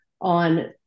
on